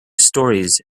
storeys